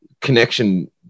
connection